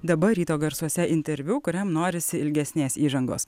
dabar ryto garsuose interviu kuriam norisi ilgesnės įžangos